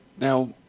Now